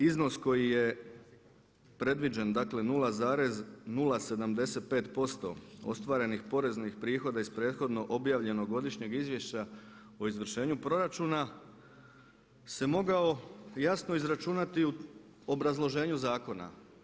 Iznos koji je predviđen, dakle 0,075% ostvarenih poreznih prihoda iz prethodno objavljenog godišnjeg izvješća o izvršenju proračuna se mogao jasno izračunati u obrazloženju zakona.